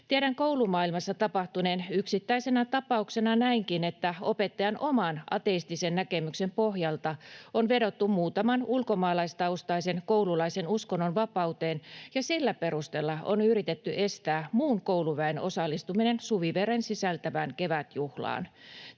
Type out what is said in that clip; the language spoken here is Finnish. Tiedän koulumaailmassa tapahtuneen yksittäisenä tapauksena näinkin, että opettajan oman ateistisen näkemyksen pohjalta on vedottu muutaman ulkomaalaistaustaisen koululaisen uskonnonvapauteen ja sillä perusteella on yritetty estää muun kouluväen osallistuminen Suvivirren sisältävään kevätjuhlaan.